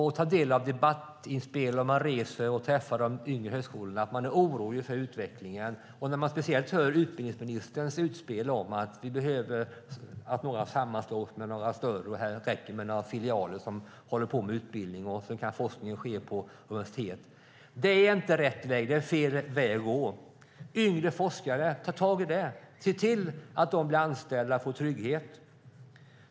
När vi tar del av debattinspel på resor och träffar de mindre högskolorna framgår det att de är oroliga för utvecklingen - speciellt när man hör utbildningsministerns utspel om att några ska sammanslås med större och att det räcker med filialer som håller på med utbildning, och sedan kan forskningen ske på universitet. Det är inte rätt väg. Det är fel väg att gå. Yngre forskare: Ta tag i det! Se till att de blir anställda och får trygghet!